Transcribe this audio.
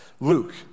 Luke